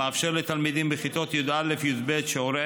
המאפשר לתלמידים בכיתות י"א י"ב שיעורי